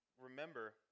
Remember